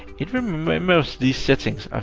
it remembers these settings.